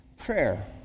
Prayer